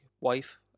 wife